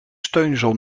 steunzool